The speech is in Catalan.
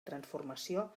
transformació